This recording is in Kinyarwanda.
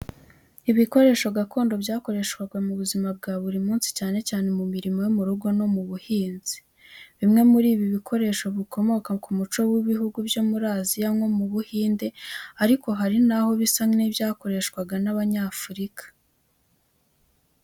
Ibikoresho gakondo byakoreshwaga mu buzima bwa buri munsi cyane cyane mu mirimo yo mu rugo no mu buhinzi. Bimwe muri ibi bikoresho bikomoka mu muco w’ibihugu byo muri Aziya nko mu Buhinde ariko hari n'aho bisa n’ibyakoreshwaga n’Abanyafurika.